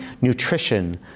nutrition